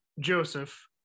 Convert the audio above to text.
Joseph